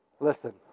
Listen